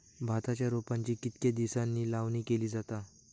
भाताच्या रोपांची कितके दिसांनी लावणी केली जाता?